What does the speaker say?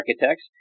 Architects